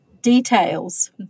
details